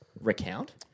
recount –